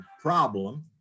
problem